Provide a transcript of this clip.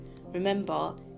Remember